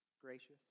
gracious